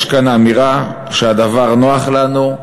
יש כאן אמירה שהדבר נוח לנו,